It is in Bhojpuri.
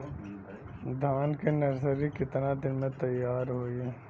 धान के नर्सरी कितना दिन में तैयार होई?